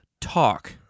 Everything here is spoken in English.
talk